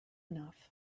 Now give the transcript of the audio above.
enough